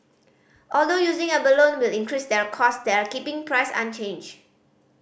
although using abalone will increase their cost they are keeping price unchanged